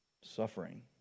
suffering